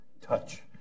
touch